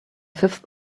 fifth